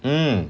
mm